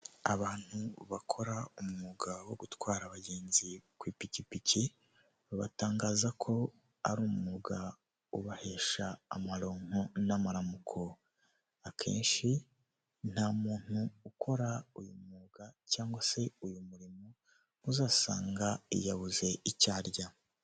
Abantu bakora umwuga wo gutwara abagenzi ku ipikipiki batangaza ko ari umwuga ubahesha amaronko n'amaramuko, akenshi nta muntu ukora uyu mwuga cyangwa se uyu murimo uzasanga yabuze icyo arya.